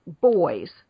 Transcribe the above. boys